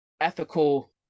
ethical